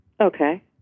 Okay